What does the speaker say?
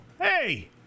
Hey